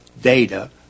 data